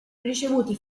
ricevuti